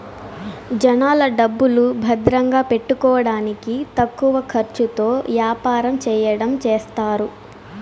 జనాల డబ్బులు భద్రంగా పెట్టుకోడానికి తక్కువ ఖర్చుతో యాపారం చెయ్యడం చేస్తారు